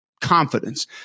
confidence